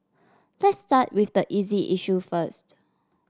let's start with the easy issue first